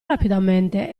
rapidamente